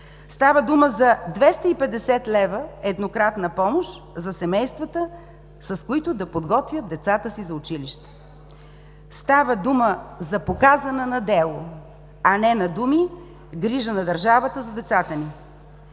Става дума за 250 лв. еднократна помощ за семействата, с които да подготвят децата си за училище. Става дума за показана на дело, а не на думи, грижа на държавата за децата ни.